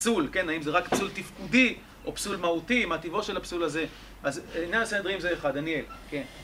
פסול, כן? האם זה רק פסול תפקודי או פסול מהותי? מה טבעו של הפסול הזה? אז לעניין הסנהדרין זה אחד, כן, דניאל.